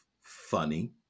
funny